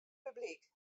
publyk